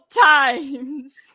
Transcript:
times